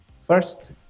First